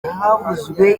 havuzwe